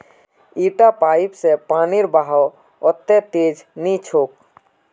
इटा पाइप स पानीर बहाव वत्ते तेज नइ छोक